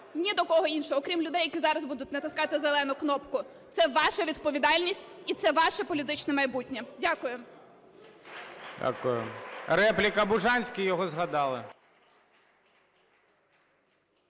ні до кого іншого, окрім людей, які зараз будуть натискати зелену кнопку. Це ваша відповідальність і це ваше політичне майбутнє. Дякую. ГОЛОВУЮЧИЙ. Дякую. Репліка - Бужанський, його згадали.